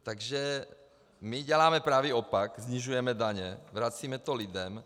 Takže my děláme pravý opak, snižujeme daně, vracíme to lidem.